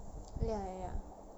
ya ya